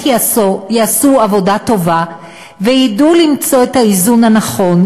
יעשו עבודה טובה וידעו למצוא את האיזון הנכון,